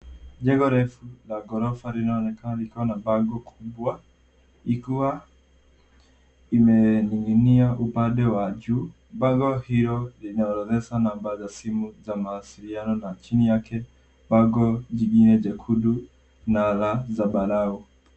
Jengo refu la ghorofa linaonekana likiwa na bango kubwa ikiwa imening'inia upande wa juu. Bango hilo linaorodhesha namba za simu za mawasiliano na chini yake bango jingine jekundu na rangi zambarau.